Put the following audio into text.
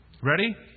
Ready